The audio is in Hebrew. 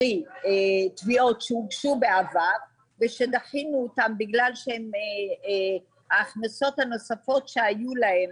תביעות שהוגשו בעבר ושדחינו אותם בגלל ההכנסות הנוספות שהיו להם,